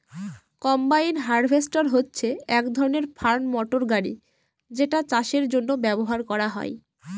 combine harvester হচ্ছে এক ধরনের ফার্ম মটর গাড়ি যেটা চাষের জন্য ব্যবহার করা হয়